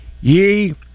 Ye